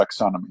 taxonomy